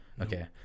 Okay